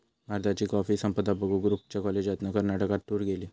भारताची कॉफी संपदा बघूक रूपच्या कॉलेजातना कर्नाटकात टूर गेली